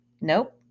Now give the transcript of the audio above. Nope